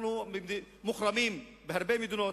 אנחנו מוחרמים בהרבה מדינות,